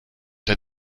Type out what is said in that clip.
der